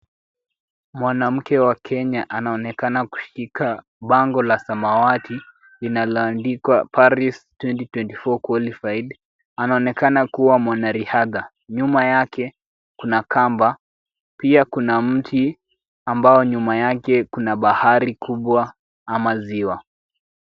Mwanamke wa Kenya anaonekana kushika bango la samawati linaloandikwa Paris 2024 qualified , anaonekana kuwa mwanariadha. Nyuma yake kuna kamba, pia kuna mti ambao nyuma yake kuna bahari kubwa ama ziwa.